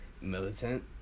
militant